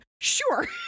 Sure